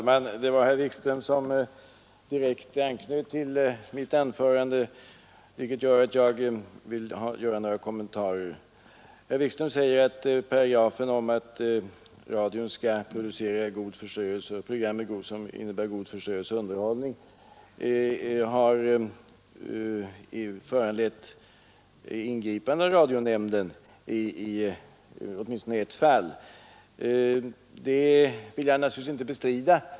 Fru talman! Herr Wikström anknöt direkt till mitt anförande, och därför vill jag göra några kommentarer. Han säger att paragrafen om att radion skall producera program som innebär god förströelse och underhållning har föranlett ingripande av radionämnden i åtminstone ett fall. Det vill jag naturligtvis inte bestrida.